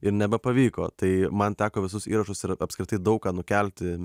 ir nepavyko tai man teko visus įrašus ir apskritai daug ką nukelti